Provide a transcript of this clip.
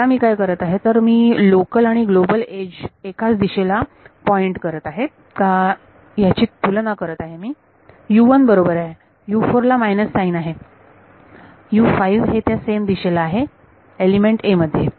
आता मी काय करत आहे तर मी लोकल आणि ग्लोबल एज एकाच दिशेला पॉईंट करत आहेत का याची मी तुलना करत आहे बरोबर आहे ला मायनस साइन आहे हे त्या सेम दिशेला आहे एलिमेंट a मध्ये